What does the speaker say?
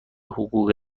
حقوق